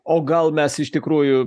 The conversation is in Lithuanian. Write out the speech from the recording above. o gal mes iš tikrųjų